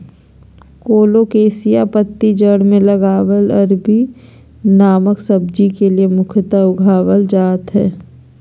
colocasia पत्तियां जड़ में लगल अरबी नामक सब्जी के लिए मुख्यतः उगाल जा हइ